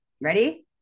Ready